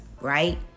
Right